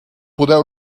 poder